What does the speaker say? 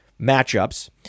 matchups